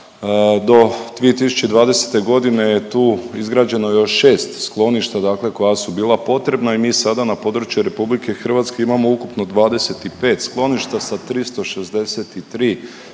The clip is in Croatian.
Do 2020.g. je tu izgrađeno još šest skloništa koja su bila potrebna i mi sada na području RH imamo ukupno 25 skloništa sa 363 kreveta,